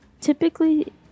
typically